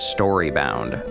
Storybound